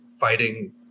fighting